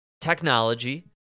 technology